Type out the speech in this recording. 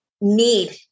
need